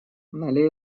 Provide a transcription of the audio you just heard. налей